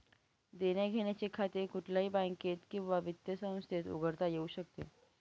देण्याघेण्याचे खाते कुठल्याही बँकेत किंवा वित्त संस्थेत उघडता येऊ शकते